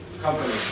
company